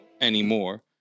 anymore